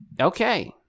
Okay